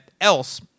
else